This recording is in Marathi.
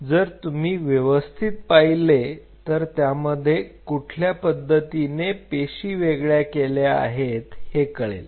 जर तुम्ही व्यवस्थित पाहिले तर त्यामध्ये कुठल्या पद्धतीने पेशी वेगळ्या केल्या आहेत हे कळेल